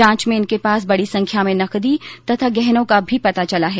जांच में इनके पास बड़ी संख्या में नकदी तथा गहनों का भी पता चला है